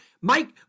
Mike